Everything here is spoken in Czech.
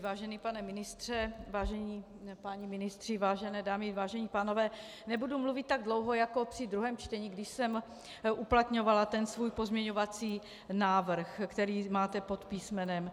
Vážený pane ministře, vážení páni ministři, vážené dámy, vážení pánové, nebudu mluvit tak dlouho jako při druhém čtení, když jsem uplatňovala svůj pozměňovací návrh, který máte pod písmenem C.